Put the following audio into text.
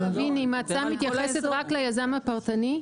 רק להבין, אם ההצעה מתייחסת רק ליזם הפרטני.